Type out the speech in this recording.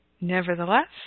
Nevertheless